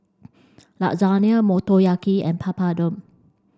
Lasagna Motoyaki and Papadum